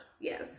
Yes